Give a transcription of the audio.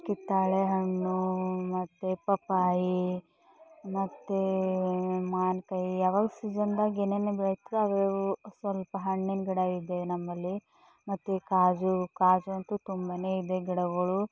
ಕಿತ್ತಳೆ ಹಣ್ಣು ಮತ್ತೆ ಪಪ್ಪಾಯ ಮತ್ತು ಮಾವಿನಕಾಯಿ ಯಾವಾಗ ಸೀಝನ್ದಾಗ ಏನೇನು ಬೆಳೀತದ ಅದು ಸ್ವಲ್ಪ ಹಣ್ಣಿನ ಗಿಡ ಇದೆ ನಮ್ಮಲ್ಲಿ ಮತ್ತು ಕಾಜು ಕಾಜು ಅಂತೂ ತುಂಬನೇ ಇದೆ ಗಿಡಗಳು